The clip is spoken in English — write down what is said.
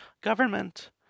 government